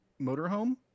motorhome